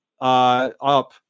up